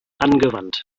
angewandt